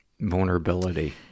Vulnerability